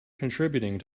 contributing